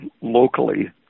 locally